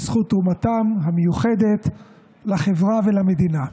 בזכות תרומתם המיוחדת לחברה ולמדינה.